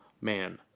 Man